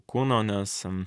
kūno nes